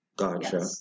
Gotcha